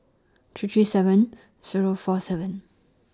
three three seven Zero four seven